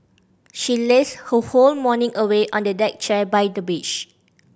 she lazed her whole morning away on a deck chair by the beach